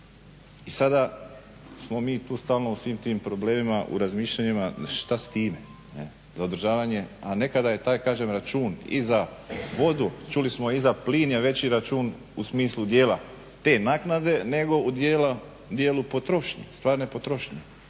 I sada smo mi tu stalno u svim tim problemima, u razmišljanjima što s time? Za održavanje a nekada je taj, kažem račun iza vodu i za plin je veći račun u smislu dijela te naknade, nego u dijelu potrošnje, stvarne potrošnje.